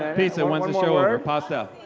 ah pizza wants to show her pasta